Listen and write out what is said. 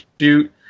shoot